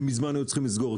שמזמן היו צריכים לסגור אותה.